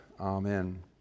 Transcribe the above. Amen